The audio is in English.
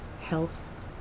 health